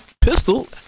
Pistol